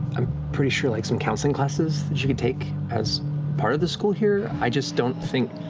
i'm pretty sure like some counseling classes that you could take as part of the school here. i just don't think